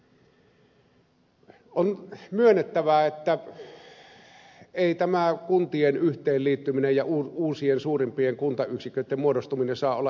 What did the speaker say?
on myönnettävä että ei tämä kuntien yhteenliittyminen ja uusien suurempien kuntayksiköiden muodostuminen saa olla itsetarkoitus